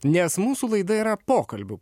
nes mūsų laida yra pokalbių